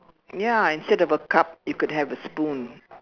ya instead of a cup you could have a spoon